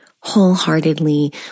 Wholeheartedly